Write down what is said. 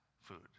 food